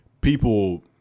people